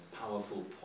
powerful